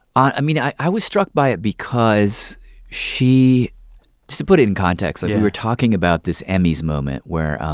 i mean, i i was struck by it because she just to put it in context. yeah. like, we were talking about this emmys moment, where,